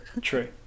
true